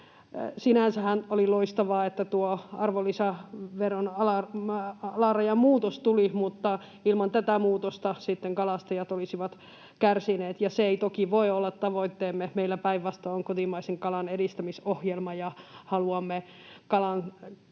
Sinänsähän oli loistavaa, että tuo arvonlisäveron alarajan muutos tuli, mutta ilman tätä muutosta sitten kalastajat olisivat kärsineet, ja se ei toki voi olla tavoitteemme. Meillä päinvastoin on kotimaisen kalan edistämisohjelma, ja haluamme